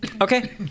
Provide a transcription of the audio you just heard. Okay